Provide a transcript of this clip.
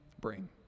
bring